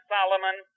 Solomon